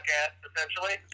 essentially